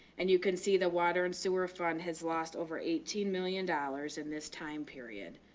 and you can see the water and sewer fund has lost over eighteen million dollars in this time period.